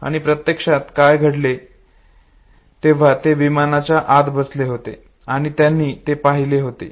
आणि प्रत्यक्षात काय घडले तेव्हा ते विमानाच्या आत बसले होते आणि त्यांना ते पहिले होते